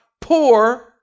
poor